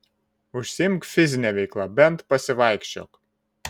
užsiimk fizine veikla bent pasivaikščiok